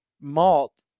malt